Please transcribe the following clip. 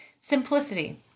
Simplicity